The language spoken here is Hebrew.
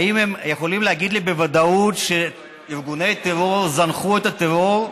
האם הם יכולים להגיד לי בוודאות שארגוני טרור זנחו את הטרור?